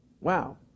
Wow